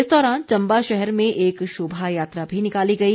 इस दौरान चम्बा शहर में एक शोभा यात्रा भी निकाली गई